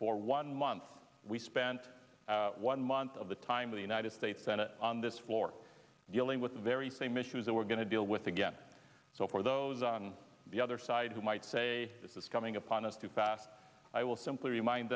for one month we spent one month of the time of the united states senate on this floor dealing with the very same issues that we're going to deal with again so for those on the other side who might say this is coming upon us too fast i will simply remind